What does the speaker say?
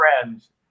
Friends